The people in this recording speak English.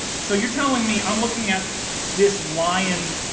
so you're telling me i'm looking at this lion,